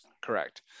Correct